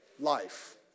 life